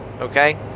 okay